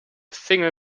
single